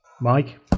Mike